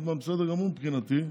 רוטמן בסדר גמור מבחינתי.